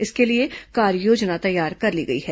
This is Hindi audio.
इसके लिए कार्ययोजना तैयार कर ली गई है